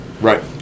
Right